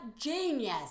genius